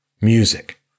music